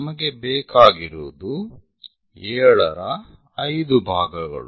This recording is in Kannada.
ನಮಗೆ ಬೇಕಾಗಿರುವುದು 7 ರ 5 ಭಾಗಗಳು